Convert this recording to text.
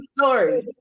story